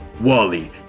Wally